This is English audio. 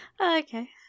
Okay